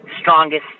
strongest